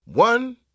One